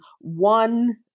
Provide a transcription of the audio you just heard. one